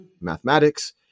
mathematics